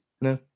No